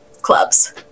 clubs